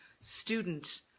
student